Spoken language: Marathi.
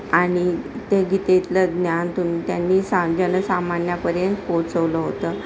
आणि ते गीतेतलं ज्ञान तून त्यांनी सा जनसामान्यापर्यंत पोचवलं होतं